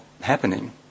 happening